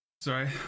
sorry